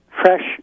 Fresh